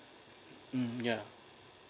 mm yeah